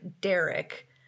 Derek